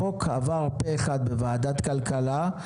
החוק עבר פה-אחד בוועדת הכלכלה.